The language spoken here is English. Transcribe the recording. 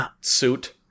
suit